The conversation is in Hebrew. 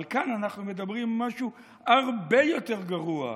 אבל כאן אנחנו מדברים על משהו הרבה יותר גרוע.